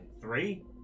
three